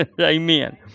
Amen